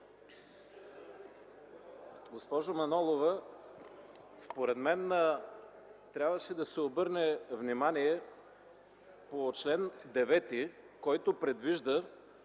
Госпожо Манолова, според мен трябваше да се обърне внимание по чл. 9, който предвижда,